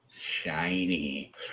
Shiny